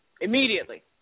immediately